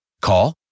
Call